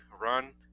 run